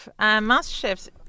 MasterChef's